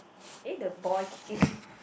eh the boy kicking